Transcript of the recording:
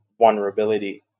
vulnerability